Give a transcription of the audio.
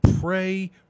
pray